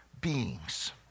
beings